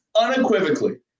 Unequivocally